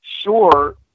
sure